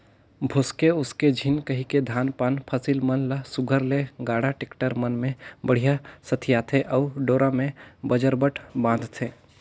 भोसके उसके झिन कहिके धान पान फसिल मन ल सुग्घर ले गाड़ा, टेक्टर मन मे बड़िहा सथियाथे अउ डोरा मे बजरबट बांधथे